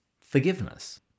forgiveness